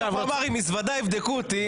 בטח הוא אמר: עם מזוודה יבדקו אותי,